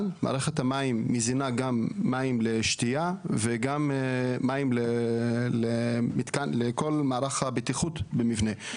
- מערכת המים מזינה גם מים לשתייה וגם מים לכל מערך הבטיחות במבנה,